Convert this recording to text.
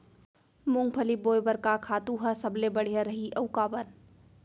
मूंगफली बोए बर का खातू ह सबले बढ़िया रही, अऊ काबर?